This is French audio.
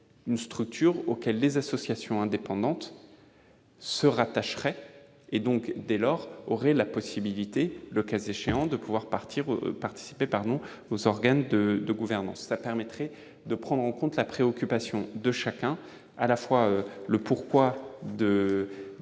une structure à laquelle les associations indépendantes se rattacheraient. Dès lors, elles auraient la possibilité, le cas échéant, de participer aux organes de gouvernance. Cela permettrait de prendre en compte les préoccupations de chacun, en répondant